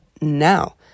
now